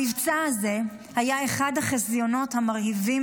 המבצע הזה היה אחד החזיונות המרהיבים